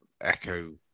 echo